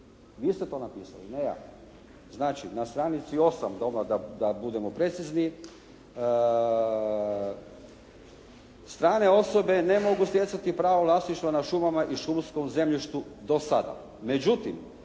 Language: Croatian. vi ste to napisali ne ja. Znači na stranici 8. … /Govornik se ne razumije./ … da budemo precizni strane osobe ne mogu stjecati pravo vlasništva na šumama i šumskom zemljištu do sada